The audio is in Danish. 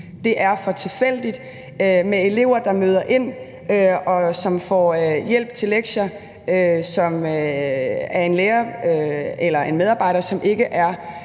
Det er for tilfældigt med elever, der møder ind, og som får hjælp til lektier af en medarbejder, som ikke er